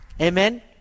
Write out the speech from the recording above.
Amen